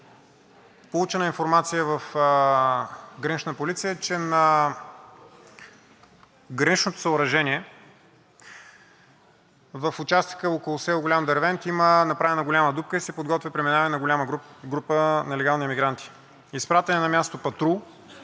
Получена е информация в „Гранична полиция“, че на граничното съоръжение в участъка около село Голям Дервент има направена голяма дупка и се подготвя преминаване на голяма група нелегални мигранти. Изпратен е на място патрул.